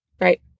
right